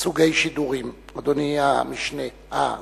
סוגי שידורים, אדוני סגן